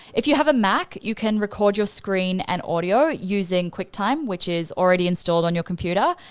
if you have a mac, you can record your screen and audio using quicktime, which is already installed on your computer.